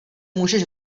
můžeš